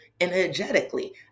energetically